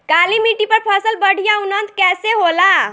काली मिट्टी पर फसल बढ़िया उन्नत कैसे होला?